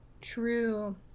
True